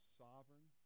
sovereign